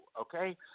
okay